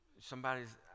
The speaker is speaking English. somebody's